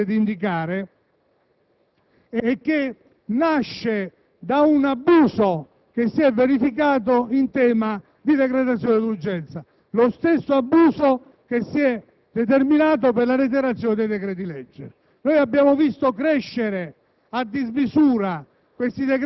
e politica che ho cercato brevemente di indicare e che nasce da un abuso verificatosi di decretazione d'urgenza, lo stesso che si è determinato per la reiterazione dei decreti‑legge: li abbiamo visti crescere